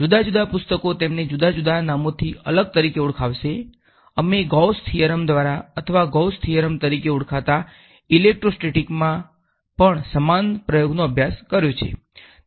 જુદા જુદા પુસ્તકો તેમને જુદા જુદા નામોથી અલગ તરીકે ઓળખાવશે અમે ગૌસ થિયરમ પણ સમાન પ્રમેયનો અભ્યાસ કર્યો છે